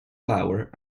flour